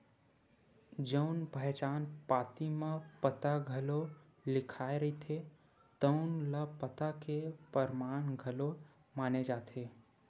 जउन पहचान पाती म पता घलो लिखाए रहिथे तउन ल पता के परमान घलो माने जाथे